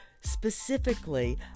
specifically